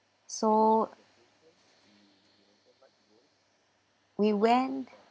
so we went